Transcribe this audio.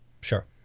Sure